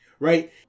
Right